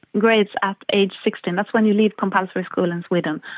grades at age sixteen, that's when you leave compulsory school in sweden,